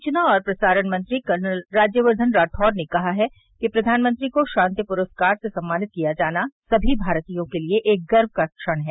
सूचना और प्रसारण मंत्री कर्नल राज्यवर्द्धन राठौड़ ने कहा है कि प्रधानमंत्री को शांति पुरस्कार से सम्मानित किया जाना सभी भारतीयों के लिए एक गर्व का क्षण है